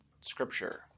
Scripture